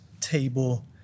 table